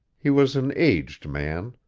he was an aged man.